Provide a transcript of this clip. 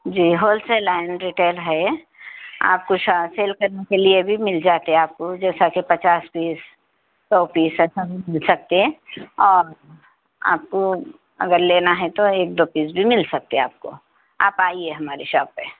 G wholesale and retail ہے آپ کو شا سیل کرنے کے لیے بھی مل جاتے آپ کو جیسا کہ پچاس پیس سو پیس مل سکتے اور آپ کو اگر لینا ہے تو ایک دو پیس بھی مل سکتے آپ کو آپ آئیے ہماری شاپ پہ